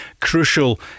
crucial